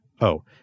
Oh